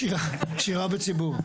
שירה בציבור.